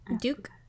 Duke